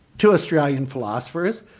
two australian philosophers,